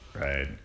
Right